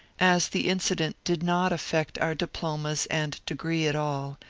as the incident did not affect our diplomas and degree at all,